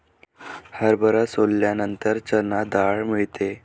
हरभरा सोलल्यानंतर चणा डाळ मिळते